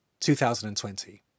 2020